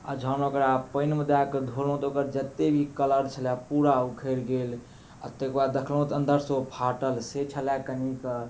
आओर जहन ओकरा पानिमे धऽकऽ धोलहुॅं तऽ ओकर जते भी कलर छेलै पूरा उखड़ि गेल आ तकर बाद देखलहुॅं तऽ अंदर से ओ फाटल से छेलै कनिके